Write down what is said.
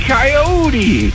Coyote